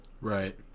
Right